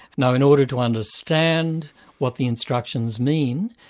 now in order to understand what the instructions mean,